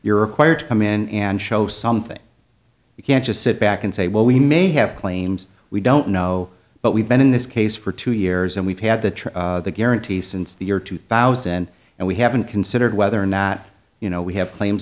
to come in and show something you can't just sit back and say well we may have claims we don't know but we've been in this case for two years and we've had the guarantee since the year two thousand and we haven't considered whether or not you know we have claims